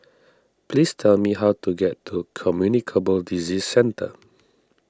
please tell me how to get to Communicable Disease Centre